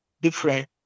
different